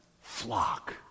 flock